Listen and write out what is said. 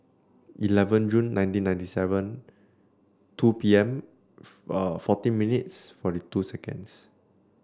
eleven June nineteen ninety seven two P M forty minutes forty two seconds